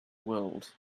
world